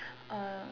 uh